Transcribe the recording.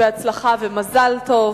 בהצלחה ומזל טוב.